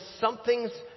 something's